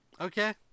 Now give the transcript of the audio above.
Okay